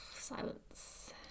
Silence